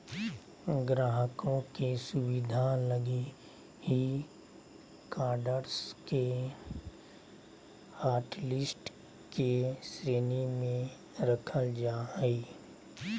ग्राहकों के सुविधा लगी ही कार्ड्स के हाटलिस्ट के श्रेणी में रखल जा हइ